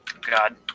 God